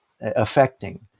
affecting